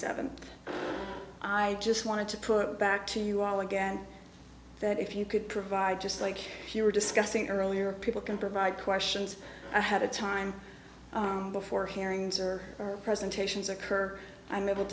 seventh i just wanted to put it back to you all again that if you could provide just like we were discussing earlier people can provide questions ahead of time before hearings or presentations occur i'm able